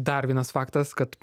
dar vienas faktas kad